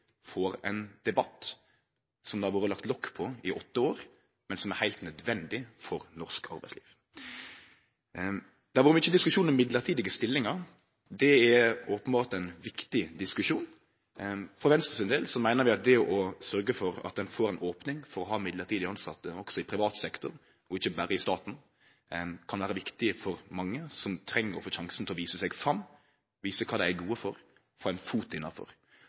ein debatt som det har vore lagt lokk på i åtte år, men som er heilt nødvendig for norsk arbeidsliv. Det har vore mykje diskusjon om mellombelse stillingar. Det er openbert ein viktig diskusjon. For Venstre sin del meiner vi at det å sørgje for at ein får ei opning for å ha mellombelse tilsette også i privat sektor, ikkje berre i staten, kan vere viktig for mange som treng å få sjansen til å vise seg fram, vise kva dei er gode for, få ein fot innanfor.